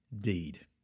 deed